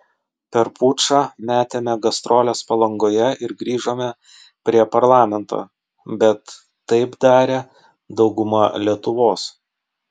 per pučą metėme gastroles palangoje ir grįžome prie parlamento bet taip darė dauguma lietuvos